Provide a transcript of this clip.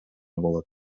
болот